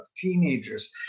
teenagers